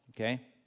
Okay